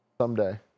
Someday